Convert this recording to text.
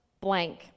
blank